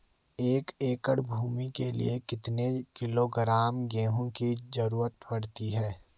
एक एकड़ भूमि के लिए कितने किलोग्राम गेहूँ की जरूरत पड़ती है?